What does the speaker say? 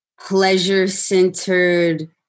pleasure-centered